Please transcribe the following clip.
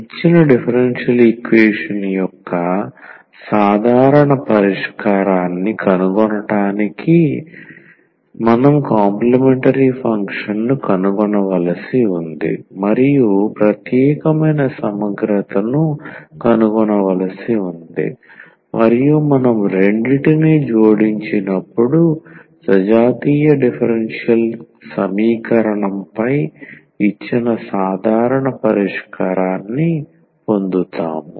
ఇచ్చిన differential equation యొక్క సాధారణ పరిష్కారాన్ని కనుగొనటానికి మనం కాంప్లీమెంటరీ ఫంక్షన్ ను కనుగొనవలసి ఉంది మరియు ప్రత్యేకమైన సమగ్రతను కనుగొనవలసి ఉంది మరియు మనం రెండింటినీ జోడించినప్పుడు సజాతీయ డిఫరెన్షియల్ ఈక్వేషన్ పై ఇచ్చిన సాధారణ పరిష్కారాన్ని పొందుతాము